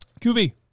QB